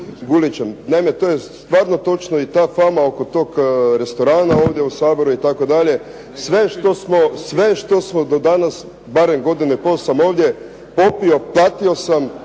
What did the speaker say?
Gulićem. Naime, to je stvarno točno i ta fama oko toga restorana ovdje u Saboru itd. sve što smo do danas barem godine koje sam ovdje, popio platio sam